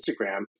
instagram